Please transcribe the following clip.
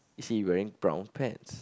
is he wearing brown pants